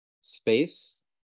space